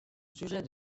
sujet